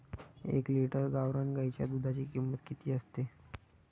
एक लिटर गावरान गाईच्या दुधाची किंमत किती असते?